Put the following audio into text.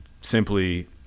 simply